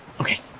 Okay